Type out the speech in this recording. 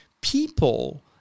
people